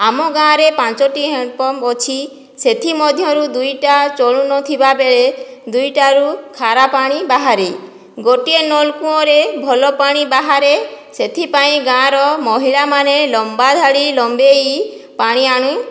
ଆମ ଗାଁରେ ପାଞ୍ଚୋଟି ହ୍ୟାଣ୍ଡପମ୍ପ ଅଛି ସେଥିମଧ୍ୟରୁ ଦୁଇଟା ଚଳୁ ନଥିବାବେଳେ ଦୁଇଟାରୁ ଖାରାପାଣି ବାହାରେ ଗୋଟିଏ ନଳକୂଅରେ ଭଲପାଣି ବାହାରେ ସେଥିପାଇଁ ଗାଁର ମହିଳାମାନେ ଲମ୍ବାଧାଡ଼ି ଲମ୍ବେଇ ପାଣିଆଣି